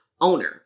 owner